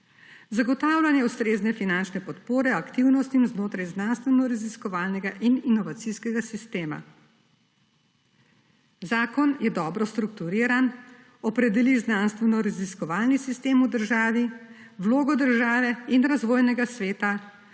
zagotavljanje ustrezne finančne podpore aktivnosti znotraj znanstvenoraziskovalnega in inovacijskega sistema. Zakon je dobro strukturiran, opredeli znanstvenoraziskovalni sistem v državi, vlogo države in razvojnega sveta,